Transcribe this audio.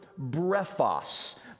brephos